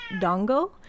dongo